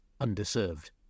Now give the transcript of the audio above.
underserved